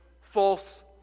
false